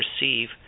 receive